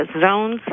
zones